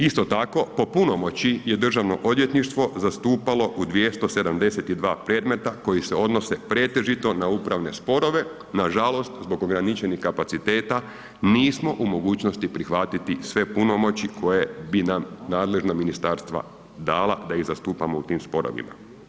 Isto tako, po punomoći je državno odvjetništvo zastupalo u 272 premeta koji se odnose pretežito na upravne sporove, nažalost zbog ograničenih kapaciteta nismo u mogućnosti prihvatiti sve punomoći koje bi nam nadležna ministarstva dala da ih zastupamo u tim sporovima.